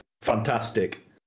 fantastic